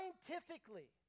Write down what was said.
Scientifically